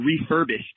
refurbished